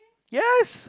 yes